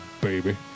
baby